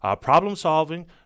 problem-solving